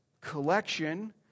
collection